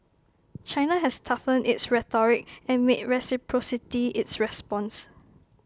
China has toughened its rhetoric and made reciprocity its response